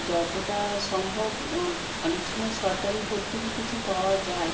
যতটা সম্ভব অনেক সময় সরকারি ভর্তুকি কিছু পাওয়া যায়